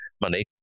money